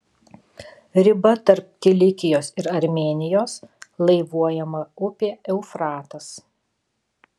riba tarp kilikijos ir armėnijos laivuojama upė eufratas